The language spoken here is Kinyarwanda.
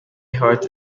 hart